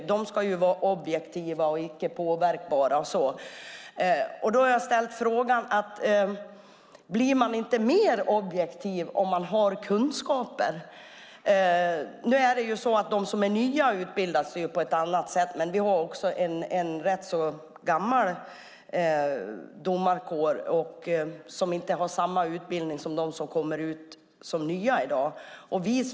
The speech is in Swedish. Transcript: De ska ju vara objektiva och inte påverkbara. Jag har då ställt frågan: Blir man inte mer objektiv om man har kunskaper? Nya domare utbildas ju på ett annat sätt, men vi har också en rätt gammal domarkår som inte har samma utbildning som de som kommer ut som nya i dag.